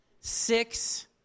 six